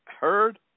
heard